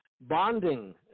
bonding